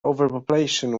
overpopulation